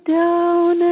down